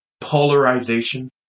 polarization